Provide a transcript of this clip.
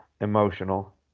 Emotional